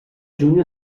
juny